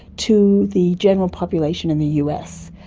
to the general population in the us.